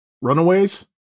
runaways